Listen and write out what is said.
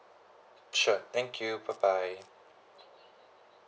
sure thank you bye bye